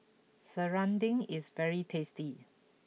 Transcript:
Serunding is very tasty